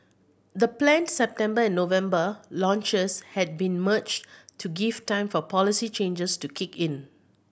the planned September and November launches had been merged to give time for policy changes to kick in